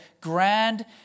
grand